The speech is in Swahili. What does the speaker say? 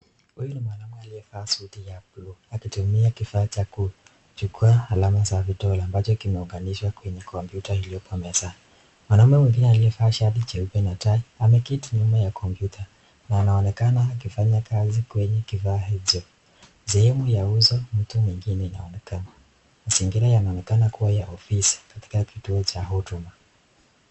Huyu ni mwanaume aliyevaa suti ya bluu akitumia kifaa cha kuchukua alama za vidole ambacho kimeunganishwa kwenye kompyuta iliyoko mezani. Mwanaume mwingine aliyevaa shati jeupe na tai ameketi nyuma ya kompyuta na anaonekana akifanya kazi kwenye kifaa hicho. Sehemu ya uso ya mtu mwingine inaonekana .Mazingira yanaonekana kuwa ya ofisi katika kituo cha huduma